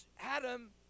Adam